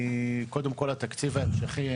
קודם כל התקציב ההמשכי,